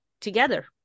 together